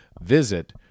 visit